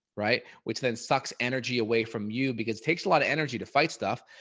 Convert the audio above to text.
right, which then sucks energy away from you because takes a lot of energy to fight stuff.